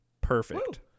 Perfect